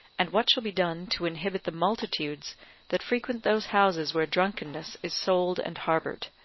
and what shall be done to inhibit the multitudes that frequent those houses where drunkenness is sold and harboured?